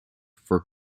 for